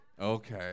Okay